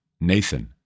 Nathan